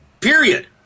period